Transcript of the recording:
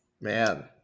Man